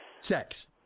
sex